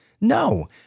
No